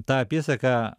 ta apysaka